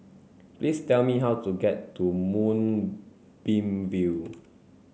please tell me how to get to Moonbeam View